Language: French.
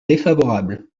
défavorable